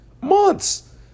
Months